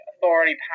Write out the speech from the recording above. authority